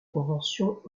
conventions